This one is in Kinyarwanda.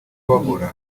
bahora